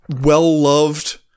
well-loved